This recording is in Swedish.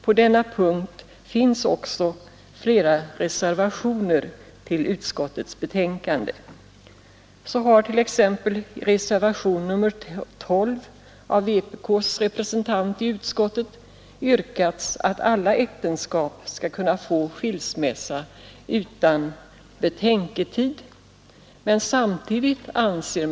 På denna punkt finns också flera reservationer vid utskottets betänkande. Så har t.ex. i reservationen 12 av vpk:s representant i utskottet yrkats att det skall gå att få skilsmässa utan betänketid i alla äktenskap.